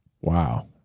Wow